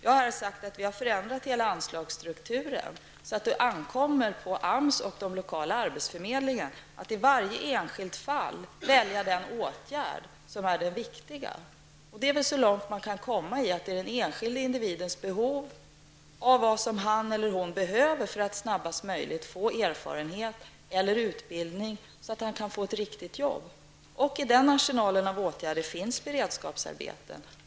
Jag har sagt att regeringen har förändrat hela anslagsstrukturen så att det ankommer på AMS och den lokala arbetsförmedlingen att i varje enskilt fall välja den åtgärd som är den riktiga. Det är väl så långt man kan komma när det gäller att ta hänsyn till den enskilda individens behov och vad han eller hon behöver för att snabbast möjligt få erfarenhet eller utbildning, för ett riktigt arbete. I den arsenalen av åtgärder finns beredskapsarbeten.